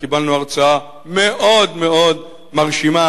קיבלנו הרצאה מאוד-מאוד מרשימה,